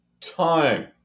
time